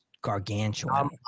gargantuan